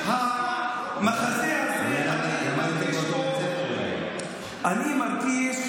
למדתם באותו בית ספר, אולי.